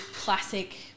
classic